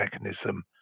mechanism